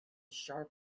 sharp